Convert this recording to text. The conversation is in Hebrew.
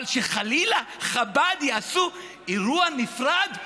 אבל שחלילה חב"ד יעשו אירוע נפרד,